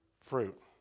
fruit